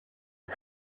the